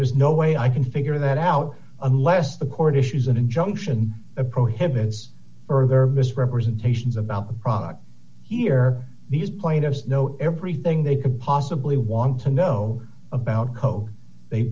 there's no way i can figure that out unless the court issues an injunction a prohibited further misrepresentations about the product here these pointers know everything they could possibly want to know about coke they